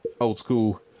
old-school